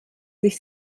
sich